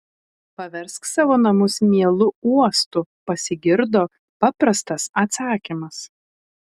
paversk savo namus mielu uostu pasigirdo paprastas atsakymas